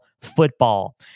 football